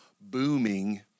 booming